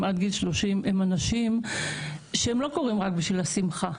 עד גיל 30. הם אנשים שהם לא קוראים רק בשביל השמחה.